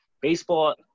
Baseball